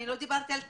אני לא דיברתי על כסף,